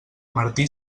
martí